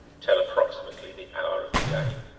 tell approximately the hour of the day.